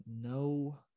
No